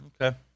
Okay